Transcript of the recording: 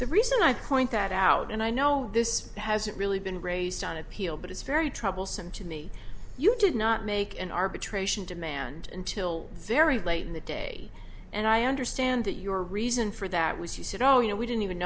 the reason i point that out and i know this hasn't really been raised on appeal but it's very troublesome to me you did not make an arbitration demand until very late in the day and i understand that your reason for that was he said oh you know we didn't even